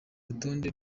rutonde